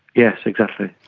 yes, exactly.